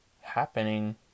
happening